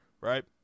right